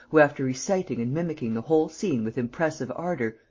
who, after reciting and mimicking the whole scene with impressive ardour,